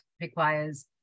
requires